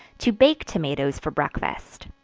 to bake tomatoes for breakfast.